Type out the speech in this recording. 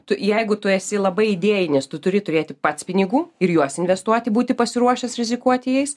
tu jeigu tu esi labai idėjinis tu turi turėti pats pinigų ir juos investuoti būti pasiruošęs rizikuoti jais